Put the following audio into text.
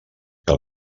que